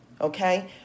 Okay